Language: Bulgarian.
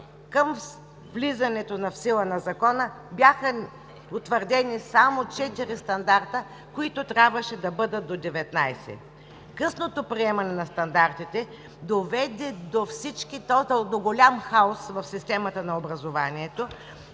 Към влизането в сила на Закона бяха утвърдени само четири стандарта, които трябваше да бъдат до 19. Късното приемане на стандартите доведе до голям хаос в системата на образованието.